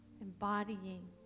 embodying